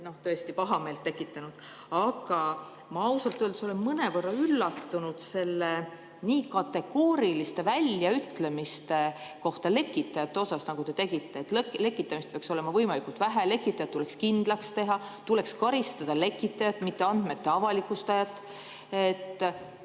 on palju pahameelt tekitanud. Aga ma ausalt öeldes olen mõnevõrra üllatunud nii kategoorilistest väljaütlemistest lekitajate kohta. Te ütlesite, et lekitamist peaks olema võimalikult vähe, lekitajad tuleks kindlaks teha, tuleks karistada lekitajat, mitte andmete avalikustajat. Seda,